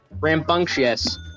Rambunctious